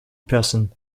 person